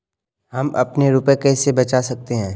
हम अपने रुपये कैसे बचा सकते हैं?